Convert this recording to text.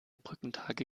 brückentage